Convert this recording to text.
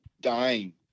dying